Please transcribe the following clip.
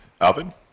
Alvin